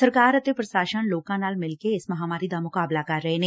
ਸਰਕਾਰ ਅਤੇ ਪ੍ਸ਼ਾਸਨ ਲੋਕਾਂ ਨਾਲ ਮਿਲਕੇ ਇਸ ਮਹਾਂਮਾਰੀ ਦਾ ਮੁਕਾਬਲਾ ਕਰ ਰਹੇ ਨੇ